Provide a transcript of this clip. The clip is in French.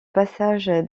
passage